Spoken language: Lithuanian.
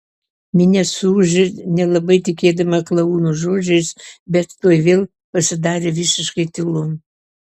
minia suūžė nelabai tikėdama klouno žodžiais bet tuoj vėl pasidarė visiškai tylu